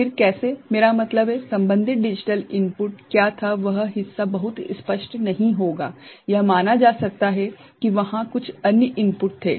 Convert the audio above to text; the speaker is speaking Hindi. फिर कैसे मेरा मतलब है संबंधित डिजिटल इनपुट क्या था वह हिस्सा बहुत स्पष्ट नहीं होगा यह माना जा सकता है कि वहाँ कुछ अन्य इनपुट थे